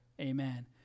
Amen